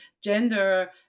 gender